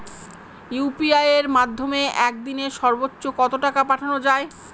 UPI এর মাধ্যমে এক দিনে সর্বচ্চ কত টাকা পাঠানো যায়?